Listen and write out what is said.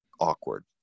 awkward